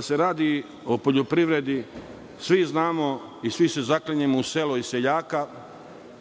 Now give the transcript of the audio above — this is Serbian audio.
se radi o poljoprivredi, svi znamo i svi se zaklinjemo u selo i seljaka